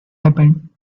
happened